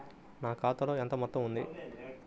నా ఖాతాలో ఎంత మొత్తం ఉంది?